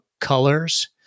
colors